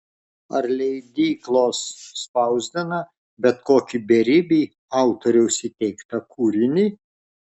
ar leidyklos spausdina bet kokį beribį autoriaus įteiktą kūrinį